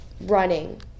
running